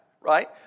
right